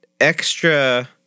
extra